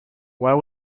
while